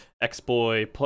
x-boy